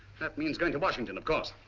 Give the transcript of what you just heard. that means going to washington, of course.